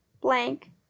Blank